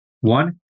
One